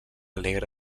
alegre